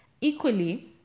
Equally